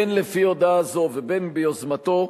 בין לפי הודעה זו ובין ביוזמתו,